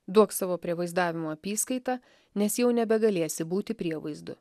duok savo prie vaizdavimo apyskaitą nes jau nebegalėsi būti prievaizdu